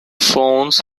phones